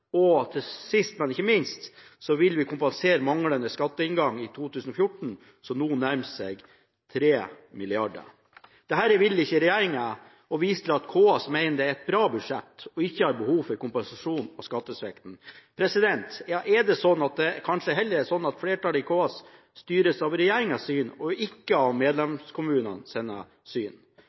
kr. Og sist, men ikke minst, vil vi kompensere for manglende skatteinngang i 2014, som nå nærmer seg 3 mrd. kr. Dette vil ikke regjeringen, og viser til at KS mener det er et bra budsjett, og at det ikke er behov for kompensasjon for skattesvikten. Er det slik, eller er det kanskje slik at flertallet i KS styres av regjeringens syn og ikke av medlemskommunenes syn?